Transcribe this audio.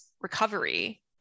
recovery